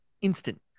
instant